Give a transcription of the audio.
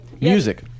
Music